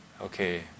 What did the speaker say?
okay